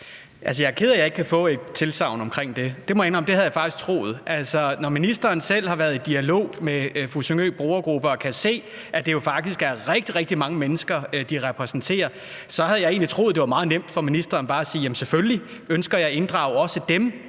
jeg er ked af, at jeg ikke kan få et tilsagn omkring det. Det må jeg indrømme at jeg faktisk havde troet. Når ministeren selv har været i dialog med Fussingøbrugergrupper og kan se, at det jo faktisk er rigtig, rigtig mange mennesker, de repræsenterer, havde jeg egentlig troet, det var meget nemt for ministeren bare at sige: Jamen selvfølgelig ønsker jeg at inddrage også